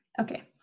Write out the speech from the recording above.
okay